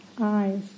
eyes